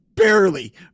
Barely